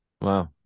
Wow